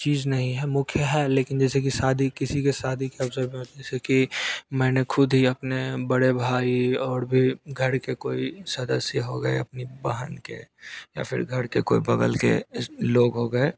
चीज नहीं है मुख्य है लेकिन जैसे कि शादी किसी की शादी के अवसर पर जैसे कि मैंने खुद ही अपने बड़े भाई और भी घर के कोई सदस्य हो गए अपनी बहन के या फिर घर के कोई बगल के ऐसे लोग हो गए